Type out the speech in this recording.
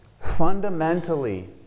Fundamentally